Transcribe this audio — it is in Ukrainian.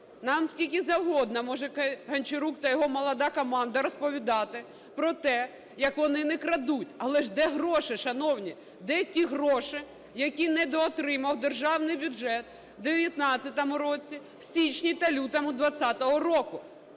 Нам скільки завгодно може Гончарук та його молода команда розповідати про те, як вони не крадуть, але ж де гроші, шановні? Де ті гроші, які недоотримав державний бюджет в 19-му році, в січні та лютому 20-го року?